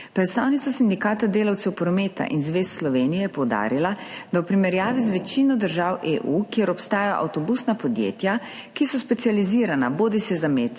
Predstavnica Sindikata delavcev prometa in zvez Slovenije je poudarila, da v primerjavi z večino držav EU, kjer obstajajo avtobusna podjetja, ki so specializirana bodisi za mestni